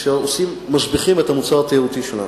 אשר משביחים את המוצר התיירותי שלנו.